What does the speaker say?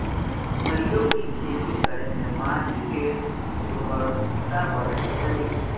फलियों के खेती करे से माटी के ऊर्वरता बढ़ई छई